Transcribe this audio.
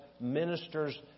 ministers